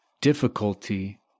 difficulty